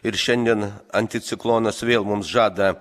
ir šiandien anticiklonas vėl mums žada